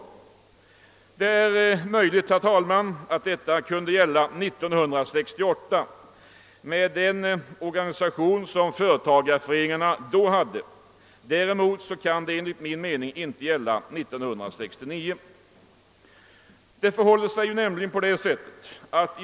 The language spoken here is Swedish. Det är möjligt, herr talman, att detta kunde gälla 1968 med den organisation som företagareföreningarna då hade. Däremot kan det enligt min mening inte gälla 1969.